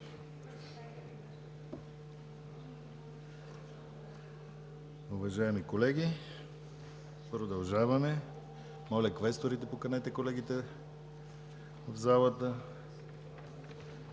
Уважаеми колеги, продължаваме. Моля, квесторите, поканете колегите в залата,